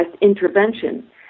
intervention